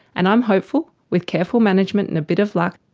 and i'm hopeful, with careful management and a bit of luck,